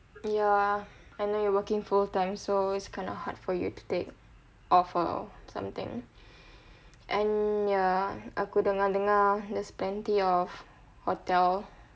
ya I know you working full time so it's kind of hard for you to take off or something and ya aku dengar-dengar there's plenty of hotel